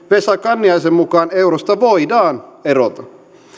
vesa kanniaisen mukaan eurosta voidaan erota